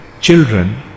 children